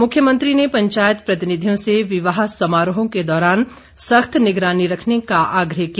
मुख्यमंत्री ने पंचायत प्रतिनिधियों से विवाह समारोहों के दौरान सख्त निगरानी रखने का आग्रह किया